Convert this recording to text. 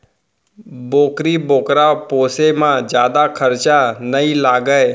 बोकरी बोकरा पोसे म जादा खरचा नइ लागय